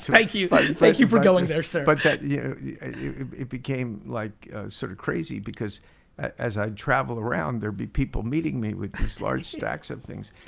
thank you but thank you for going there sir. but yeah it became like sort of crazy because as i'm traveling around, there'd be people meeting me with these large stacks of things.